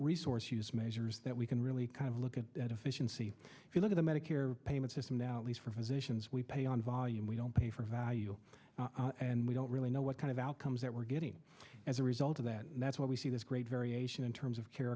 resource use measures that we can really kind of look at that efficiency if you look at the medicare payment system now at least for physicians we pay on volume we don't pay for value and we don't really know what kind of outcomes that we're getting as a result of that and that's what we see this great variation in terms of care